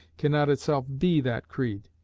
cannot itself be that creed.